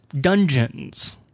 dungeons